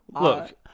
Look